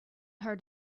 heard